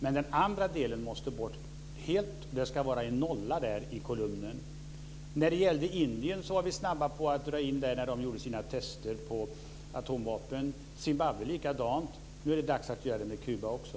Men den andra delen måste tas bort helt - det ska vara en nolla i den kolumnen. När det gällde Indien var vi snabba att dra in biståndet när de gjorde sina test på atomvapen, likaså när det gällde Zimbabwe. Det är dags att göra det med Kuba också.